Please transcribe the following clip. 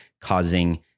causing –